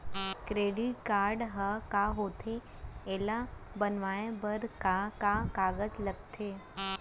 Debit card ह का होथे एला बनवाए बर का का कागज लगथे?